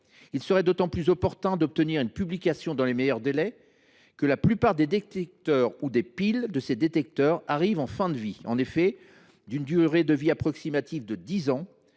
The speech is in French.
Il serait d’autant plus opportun d’obtenir une publication dans les meilleurs délais que la plupart des détecteurs ou piles de détecteurs arrivent en fin de vie. En effet, d’une durée de vie approximative de dix ans,